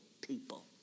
people